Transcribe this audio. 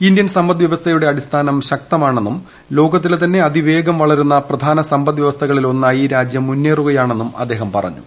Indian സമ്പദ്വ്യവസ്ഥയുടെ അടിസ്ഥാനം ശക്തമാണെന്നും ലോകത്തിലെ തന്നെ അതിവേഗം വളരുന്ന പ്രധാന സമ്പദ്വ്യവസ്ഥകളിലൊന്നായി രാജ്യം മുന്നേറുകയാണെന്നും അദ്ദേഹം പറഞ്ഞു